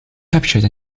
captured